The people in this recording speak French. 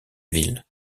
ville